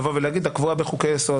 להגיד: "הקבועה בחוקי-יסוד",